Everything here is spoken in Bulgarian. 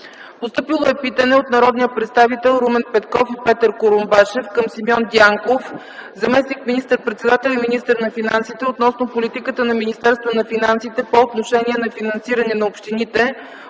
Постъпило е питане от народния представител Румен Петков и Петър Курумбашев към Симеон Дянков – заместник министър-председател и министър на финансите, относно политиката на Министерство на финансите по отношение на финансиране на общините